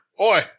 Oi